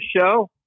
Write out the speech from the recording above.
show